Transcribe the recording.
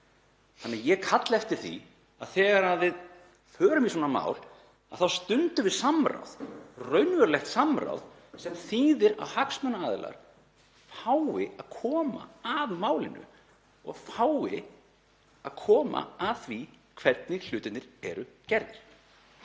áheyrn. Ég kalla eftir því að þegar við förum í svona mál þá stundum við samráð, raunverulegt samráð sem þýðir að hagsmunaaðilar fái að koma að málinu og fái að koma að því hvernig hlutirnir eru gerðir.